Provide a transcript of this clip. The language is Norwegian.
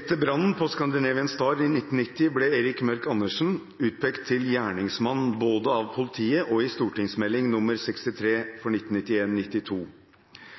«Etter brannen på Scandinavian Star i 1990 ble Erik Mørk Andersen utpekt som gjerningsmann av politiet, og i St.meld. nr. 63